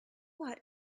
what